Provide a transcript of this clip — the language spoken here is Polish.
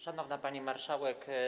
Szanowna Pani Marszałek!